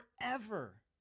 forever